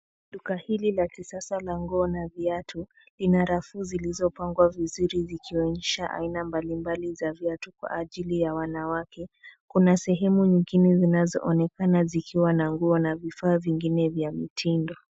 Duka hili la kisasa la nguo na viatu lina rafu zilizopangwa vizuri zikionyesha aina mbalimbali za viatu kwa ajili ya wanawake. Kuna sehemu nyingine zinazoonekana zikiwa na nguo na vifaa vingine vya mitindo.